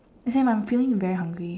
hey mum feeling very hungry